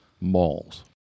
Malls